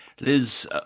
Liz